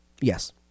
Yes